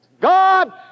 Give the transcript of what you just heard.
God